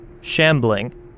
Shambling